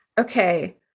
okay